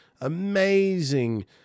amazing